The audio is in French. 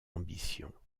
ambitions